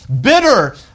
bitter